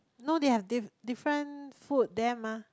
no they have di~ different food there mah